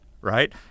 right